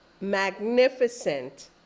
magnificent